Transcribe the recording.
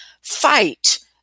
fight